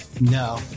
No